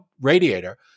radiator